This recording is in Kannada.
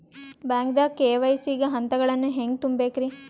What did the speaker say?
ಬ್ಯಾಂಕ್ದಾಗ ಕೆ.ವೈ.ಸಿ ಗ ಹಂತಗಳನ್ನ ಹೆಂಗ್ ತುಂಬೇಕ್ರಿ?